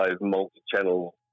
multi-channel